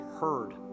heard